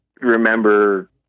remember